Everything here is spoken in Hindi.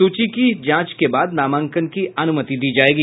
सूची की जांच के बाद नामांकन की अनुमति दी जायेगी